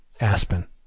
Aspen